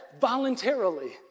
voluntarily